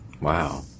Wow